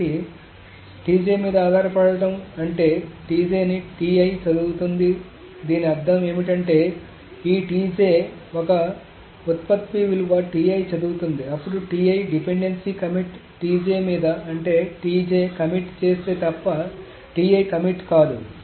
కాబట్టి మీద ఆధారపడటం అంటే ని చదువుతుంది దీని అర్థం ఏమిటంటే ఈ ఒక ఉత్పత్తి విలువ చదువుతుంది అప్పుడు డిపెండెన్సీ కమిట్ మీద అంటే కమిట్ చేస్తే తప్ప కమిట్ కాదు